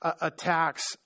attacks